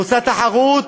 עושה תחרות